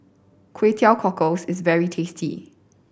Kway Teow Cockles is very tasty